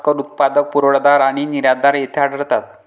तांदूळ हस्कर उत्पादक, पुरवठादार आणि निर्यातदार येथे आढळतात